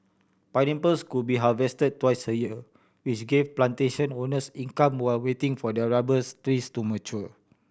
pineapples could be harvested twice a year which gave plantation owners income while waiting for their rubbers trees to mature